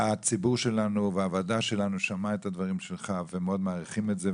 הציבור שלנו והוועדה שלנו שמעה את הדברים שלך ומאוד מעריכים את זה,